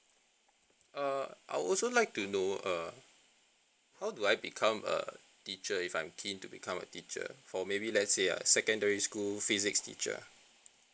err I'll also like to know err how do I become a teacher if I'm keen to become a teacher for maybe let's say a secondary school physics teacher